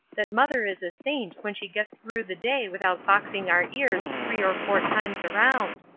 that mother is a saint when she gets through the day without boxing our ears three or four times around.